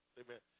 amen